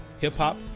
hip-hop